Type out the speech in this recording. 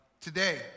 Today